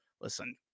Listen